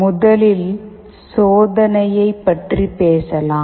முதலில் சோதனையைப் பற்றி பேசலாம்